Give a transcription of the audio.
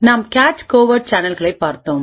நாம் cache covert சேனல்களைப் பார்த்தோம்